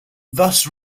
thus